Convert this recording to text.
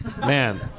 Man